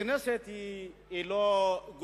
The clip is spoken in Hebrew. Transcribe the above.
הכנסת היא לא חותמת גומי,